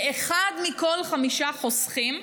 אחד מכל חמישה חוסכים,